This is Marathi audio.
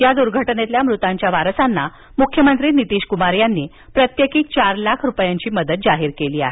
याद्र्घटनेतील मृतांच्या वारसांना मुख्यमंत्री नीतीश कुमार यांनी प्रत्येकी चार लाख रुपयांची मदत जाहीर केली आहे